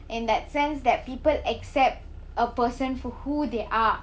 in that sense that people accept a person for who they are